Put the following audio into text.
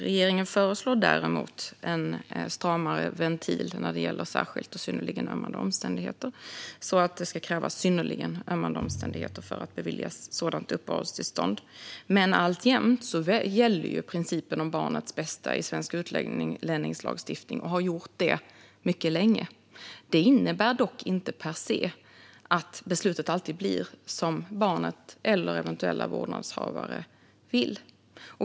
Regeringen föreslår däremot en stramare ventil när det gäller särskilt och synnerligen ömmande omständigheter så att det ska krävas synnerligen ömmande omständigheter för att beviljas sådant uppehållstillstånd. Men alltjämt gäller principen om barnets bästa i svensk utlänningslagstiftning och har gjort det mycket länge. Det innebär dock inte per se att beslutet alltid blir som barnet eller eventuella vårdnadshavare vill.